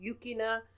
Yukina